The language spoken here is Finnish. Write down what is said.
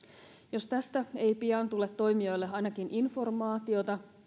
jos tästä ei pian tule toimijoille ainakin informaatiota